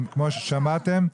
כמו ששמעתם,